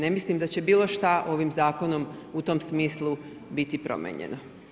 Ne mislim da će bilo šta ovim zakonom u tom smislu biti promenjeno.